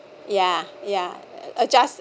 ya ya adjust